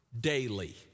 daily